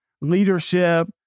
leadership